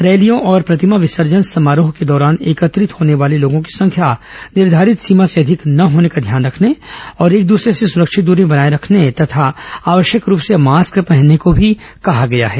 रैलियों और प्रतिमा विसर्जन समारोह के दौरान एकत्रित होने वाले लोगों की संख्या निर्घारित सीमा से अधिक न होने का ध्यान रखने एक दूसरे से सुरक्षित दूरी बनाए रखने और आवश्यक रूप से मास्घ्क पहनने को भी कहा गया है